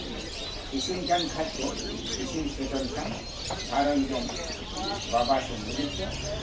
ᱤᱥᱤᱱ ᱠᱟᱱ ᱠᱷᱟᱱ ᱠᱚ ᱤᱥᱤᱱ ᱥᱟᱹᱛ ᱮᱱᱠᱷᱟᱱ ᱜᱷᱟᱨᱚᱸᱡᱽ ᱨᱮᱱ ᱵᱟᱵᱟ ᱥᱮ ᱢᱟᱹᱞᱤᱠ ᱫᱚ